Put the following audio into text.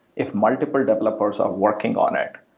if multiple developers are working on it,